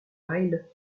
wild